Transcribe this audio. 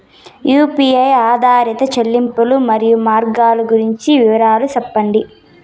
UPI ఆధారిత చెల్లింపులు, మరియు మార్గాలు గురించి వివరాలు సెప్పండి?